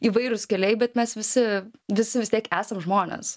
įvairūs keliai bet mes visi visi vis tiek esam žmonės